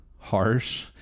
harsh